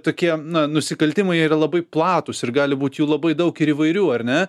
tokie na nusikaltimai yra labai platūs ir gali būt jų labai daug ir įvairių ar ne